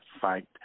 fight